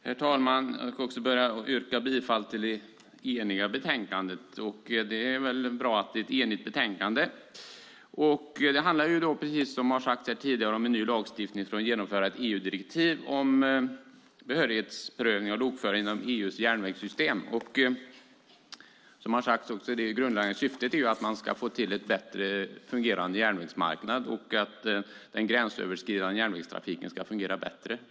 Herr talman! Jag börjar med att yrka bifall till förslaget i det eniga betänkandet. Det är bra att det är ett enigt betänkande. Det handlar, precis som har sagts här tidigare, om en ny lagstiftning för att genomföra ett EU-direktiv om behörighetsprövning av lokförare inom EU:s järnvägssystem. Det grundläggande syftet är att man ska få en bättre fungerande järnvägsmarknad och att den gränsöverskridande järnvägstrafiken ska fungera bättre.